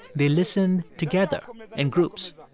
they listened together in groups.